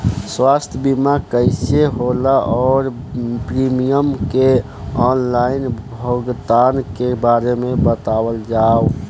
स्वास्थ्य बीमा कइसे होला और प्रीमियम के आनलाइन भुगतान के बारे में बतावल जाव?